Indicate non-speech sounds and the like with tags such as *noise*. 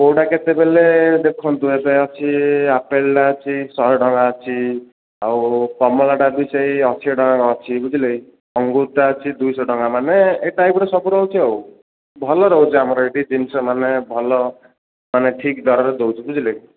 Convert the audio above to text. କୋଉଟା କେତେ ବେଲେ ଦେଖନ୍ତୁ *unintelligible* ଅଛି ଆପେଲ୍ଟା ଅଛି ଶହେ ଟଙ୍କା ଅଛି ଆଉ କମଳାଟା ବି ସେଇ ଅଶୀ ଟଙ୍କା ଅଛି ବୁଝିଲେ କି ଅଙ୍ଗୁରୁଟା ଅଛି ଦୁଇଶହ ଟଙ୍କା ମାନେ ଏ ଟାଇପ୍ର ସବୁ ରହୁଛି ଆଉ ଭଲ ରହୁଛି ଆମର ଏଠି ଜିନିଷ ମାନେ ଭଲ ମାନେ ଠିକ୍ ଦରରେ ଦେଉଛୁ ବୁଝିଲେ